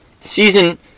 Season